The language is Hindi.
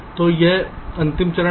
तो अब यह अंतिम चरण है